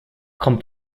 kommt